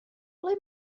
ble